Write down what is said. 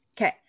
Okay